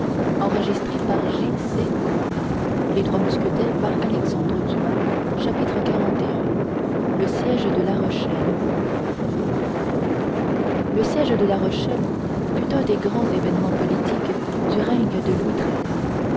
attendant chapitre xli le siège de la rochelle le siège de la rochelle fut un des grands événements politiques du règne de louis